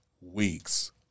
weeks